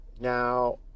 Now